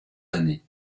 années